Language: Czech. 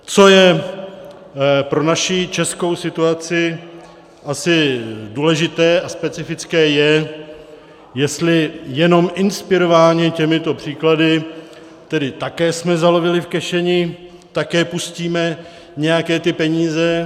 Co je pro naši českou situaci asi důležité a specifické, je, jestli jenom inspirováni těmito příklady tedy také jsme zalovili v kešeni, také pustíme nějaké ty peníze.